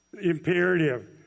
imperative